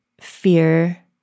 fear